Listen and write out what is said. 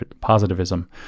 positivism